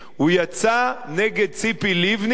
הוא יצא נגד ציפי לבני.